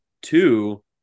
two